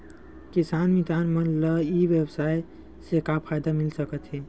किसान मितान मन ला ई व्यवसाय से का फ़ायदा मिल सकथे?